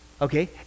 Okay